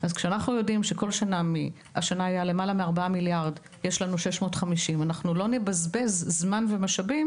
אז כשאנחנו יודעים שהשנה יש לנו 650 מיליון אנחנו לא נבזבז זמן ומשאבים